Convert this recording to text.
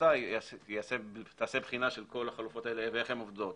שבמסגרתה תעשה בחינה של כל החלופות הללו ואיך הן עובדות.